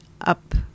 up